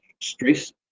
stress